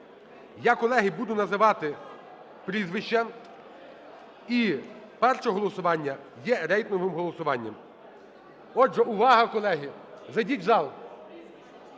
Я, колеги, буду називати прізвища і перше голосування є рейтинговим голосуванням. Отже, увага, колеги. Зайдіть в зал.